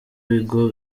ibigo